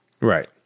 Right